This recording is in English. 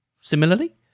similarly